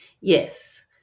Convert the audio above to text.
Yes